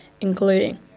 including